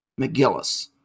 McGillis